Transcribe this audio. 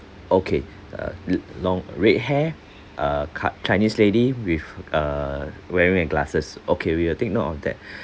okay uh l~ long red hair uh cut chinese lady with uh wearing a glasses okay we will take note of that